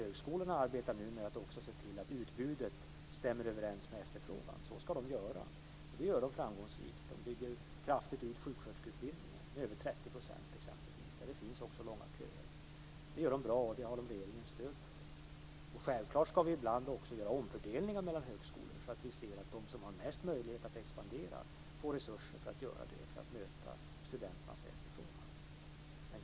Högskolorna arbetar nu med att också se till att utbudet stämmer överens med efterfrågan, och så ska de göra. Det gör de framgångsrikt. T.ex. sker en kraftig utbyggnad av sjusköterskeutbildningen, där det finns långa köer, med över 30 %. Det är bra, och det stöder regeringen. Självklart ska vi ibland också göra omfördelningar mellan högskolor, så att de som har mest möjligheter att expandera får resurser att göra det för att möta studenternas efterfrågan.